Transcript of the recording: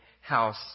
house